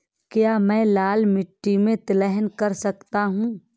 क्या मैं लाल मिट्टी में तिलहन कर सकता हूँ?